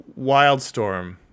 Wildstorm